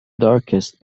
darkest